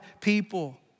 people